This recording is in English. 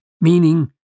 meaning